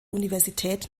universität